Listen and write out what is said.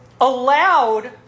allowed